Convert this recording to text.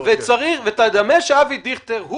ודמה שאבי דיכטר,